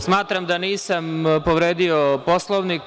Smatram da nisam povredio Poslovnik.